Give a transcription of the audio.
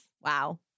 Wow